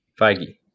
feige